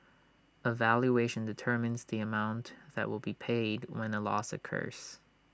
A valuation determines the amount that will be paid when A loss occurs